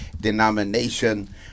denomination